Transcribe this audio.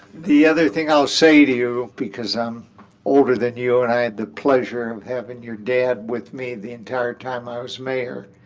the other thing i'll say to you, because i'm older than you and i had the pleasure of having your dad with me the entire time i was mayor